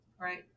Right